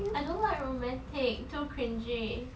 I don't like romantic too cringe